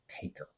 taker